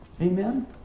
Amen